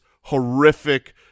horrific